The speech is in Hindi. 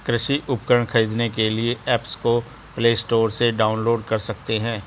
कृषि उपकरण खरीदने के लिए एप्स को प्ले स्टोर से डाउनलोड कर सकते हैं